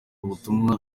ubutumwa